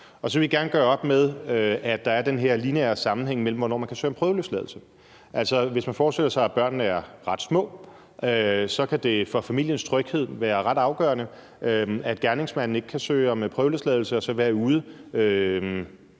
og så vil vi gerne gøre op med, at der er den her lineære sammenhæng, i forhold til hvornår man kan søge om prøveløsladelse. Altså, hvis man forestiller sig, at børnene er ret små, kan det for familiens tryghed være ret afgørende, at gerningsmanden ikke kan søge om prøveløsladelse og så være ude,